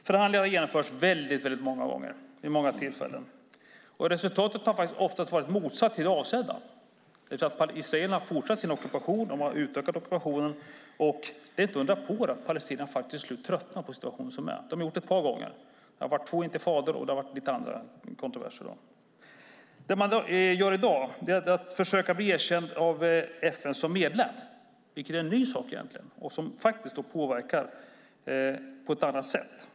Förhandlingar har genomförts vid väldigt många tillfällen. Resultatet har oftast blivit det motsatta mot det avsedda. Israelerna har alltså fortsatt sin ockupation. De har utökat den, och det är inte att undra på att palestinierna till slut tröttnar på den situation som råder. De har gjort det ett par gånger. Det har varit två intifador, och det har varit några andra kontroverser. I dag försöker man bli erkänd som medlem av FN, vilket egentligen är en ny sak. Det påverkar situationen på ett annat sätt.